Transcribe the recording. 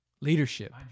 leadership